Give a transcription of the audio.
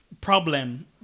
problem